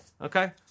Okay